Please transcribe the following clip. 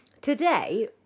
today